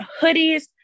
hoodies